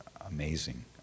amazing